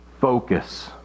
focus